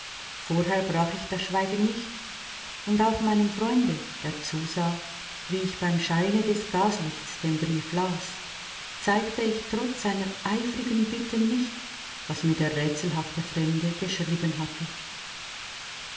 vorher brach ich das schweigen nicht und auch meinem freunde der zusah wie ich beim scheine des gaslichts den brief las zeigte ich trotz seiner eifrigen bitten nicht was mir der rätselhafte fremde geschrieben hatte